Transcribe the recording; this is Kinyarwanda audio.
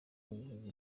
w’ibihugu